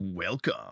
Welcome